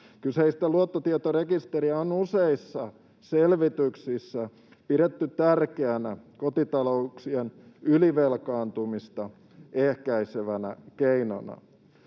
Kyseistä luottotietorekisteriä on useissa selvityksissä pidetty tärkeänä kotitalouksien ylivelkaantumista ehkäisevänä keinona.